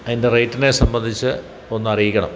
അതിൻ്റെ റേറ്റിനെ സംബന്ധിച്ച് ഒന്ന് അറിയിക്കണം